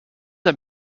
ein